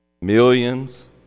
millions